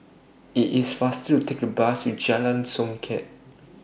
IT IS faster to Take The Bus to Jalan Songket